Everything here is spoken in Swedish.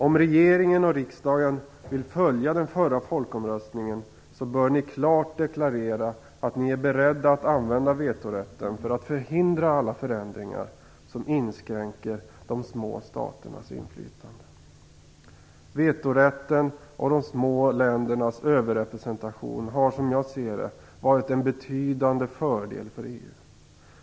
Om regeringen och riksdagen vill följa den förra folkomröstningen så bör ni klart deklarera att ni är beredda att använda vetorätten för att förhindra alla förändringar som inskränker de små staternas inflytande. Vetorätten och de små ländernas överrepresentation har, som jag ser det, varit en betydande fördel för EU.